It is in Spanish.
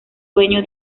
dueño